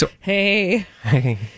Hey